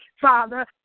Father